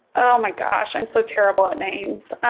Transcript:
oh my gosh i'm so terrible at names,